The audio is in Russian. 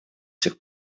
сих